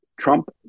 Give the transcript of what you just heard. Trump